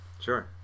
Sure